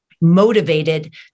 motivated